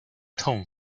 tone